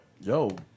yo